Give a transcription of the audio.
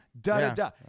Da-da-da